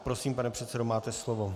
Prosím, pane předsedo, máte slovo.